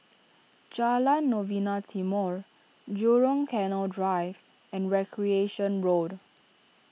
Jalan Novena Timor Jurong Canal Drive and Recreation Road